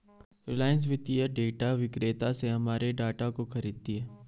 रिलायंस वित्तीय डेटा विक्रेता से हमारे डाटा को खरीदती है